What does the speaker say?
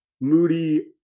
Moody –